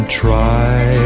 try